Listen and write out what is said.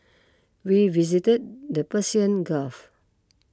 we visited the Persian Gulf